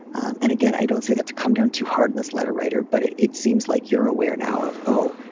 and again, i don't say that to come down too hard on and this letter writer, but it it seems like you're aware now of, oh,